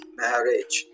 marriage